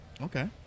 Okay